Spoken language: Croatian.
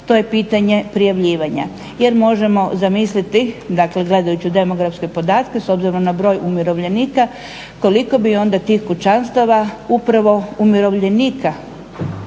to je pitanje prijavljivanja jer možemo zamisliti, dakle gledajući u demografske podatke s obzirom na broj umirovljenika, koliko bi onda tih kućanstava upravo umirovljenika